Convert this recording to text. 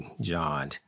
John